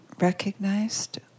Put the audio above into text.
recognized